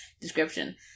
description